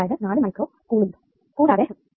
അതായത് 4 micro coulomb